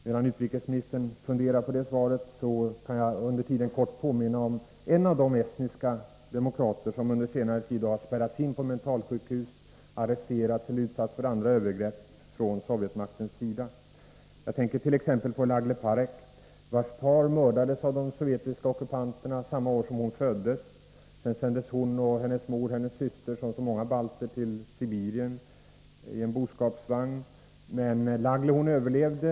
Medan utrikesministern funderar på svaret, skall jag kort påminna om en av de många estniska demokrater som under senare tid spärrats in på mentalsjukhus, arresterats eller utsatts för andra övergrepp från sovjetmaktens sida. Jag tänker på Lagle Parek. Hennes far mördades av de sovjetiska ockupanterna samma år som hon föddes. Sedan sändes hon och hennes mor och syster som så många andra balter till Sibirien i en boskapsvagn. Men Lagle överlevde.